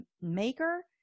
maker